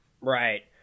Right